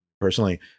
personally